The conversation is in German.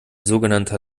sogenannter